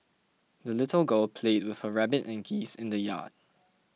the little girl played with her rabbit and geese in the yard